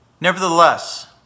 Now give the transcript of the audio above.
Nevertheless